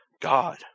God